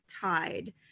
tide